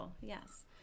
Yes